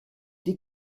die